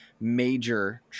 major